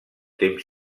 temps